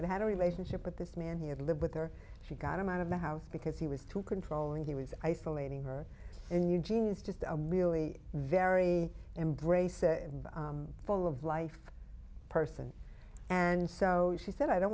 had had a relationship with this man he had lived with her she got him out of the house because he was too controlling he was isolating her in eugene's just a really very embracing full of life person and so she said i don't